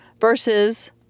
versus